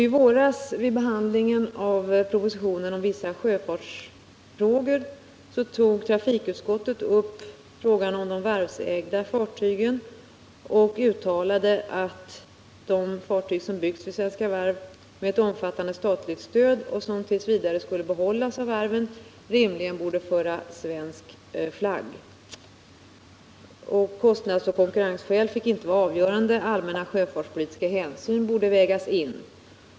I våras, vid behandlingen av propositionen om vissa sjöfartsfrågor, tog trafikutskottet upp frågan om de varvsägda fartygen och uttalade att de fartyg som byggts vid svenska varv med omfattande statligt stöd och somt. v. skulle behållas av varven rimligen borde föra svensk flagg. Kostnadsoch konkurrensskäl fick inte vara avgörande, utan allmänna sjöfartspolitiska hänsyn borde vägas in.